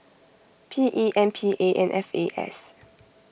P E M P A and F A S